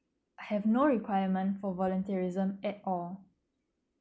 have no requirement for voluntarism at all